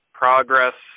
progress